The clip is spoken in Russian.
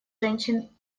женщин